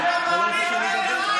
יותר גרוע מהטייס השווייצרי.